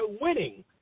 winning